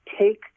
take